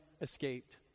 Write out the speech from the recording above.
escaped